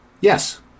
Yes